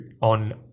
on